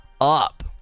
up